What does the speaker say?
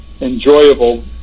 enjoyable